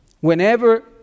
Whenever